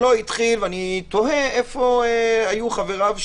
לכן אני מציע לא להקצין את הדברים,